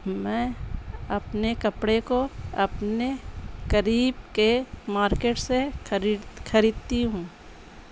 میں اپنے کپڑے کو اپنے کریریب کے مارکیٹ سے خرید خریدتی ہوں